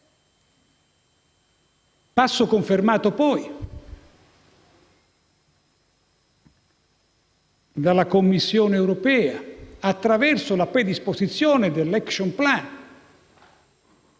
passo, confermato poi dalla Commissione europea attraverso la predisposizione dell'*action plan*.